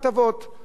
הטבות לעם,